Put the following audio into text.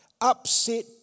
upset